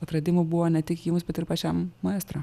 atradimų buvo ne tik jums bet ir pačiam maestro